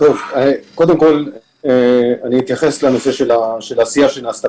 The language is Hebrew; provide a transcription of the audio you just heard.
אני אתייחס לנושא של העשייה שנעשתה.